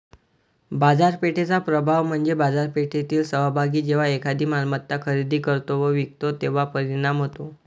बाजारपेठेचा प्रभाव म्हणजे बाजारपेठेतील सहभागी जेव्हा एखादी मालमत्ता खरेदी करतो व विकतो तेव्हा परिणाम होतो